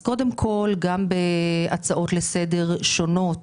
בהצעות לסדר שונות